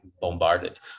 bombarded